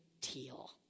Teal